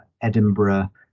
Edinburgh